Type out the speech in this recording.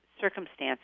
circumstances